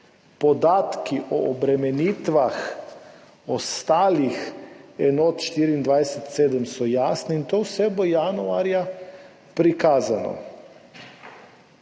podatki o obremenitvah ostalih enot 24/7 so jasni in to vse bo januarja prikazano.